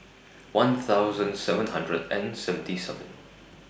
one thousand seven hundred and seventy seven